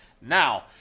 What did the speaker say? Now